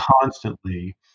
constantly